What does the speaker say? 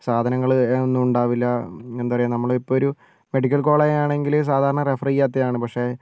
സാധനങ്ങൾ ഒന്നും ഉണ്ടാവില്ല എന്താ പറയാ നമ്മളിപ്പൊരു മെഡിക്കൽ കോളേജ് ആണെങ്കിൽ സാധാരണ റെഫർ ചെയ്യാത്തത് ആണ് പക്ഷേ